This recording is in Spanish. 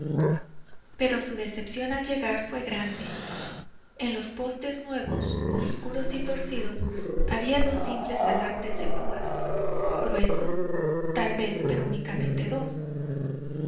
pero su decepción al llegar fué grande en los postes nuevos obscuros y torcidos había dos simples alambres de púa gruesos tal vez pero únicamente dos